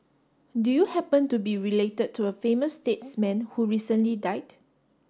do you happen to be related to a famous statesman who recently died